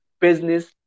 business